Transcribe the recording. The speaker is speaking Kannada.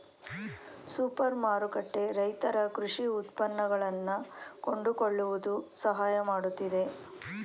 ಸೂಪರ್ ಮಾರುಕಟ್ಟೆ ರೈತರ ಕೃಷಿ ಉತ್ಪನ್ನಗಳನ್ನಾ ಕೊಂಡುಕೊಳ್ಳುವುದು ಸಹಾಯ ಮಾಡುತ್ತಿದೆ